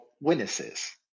witnesses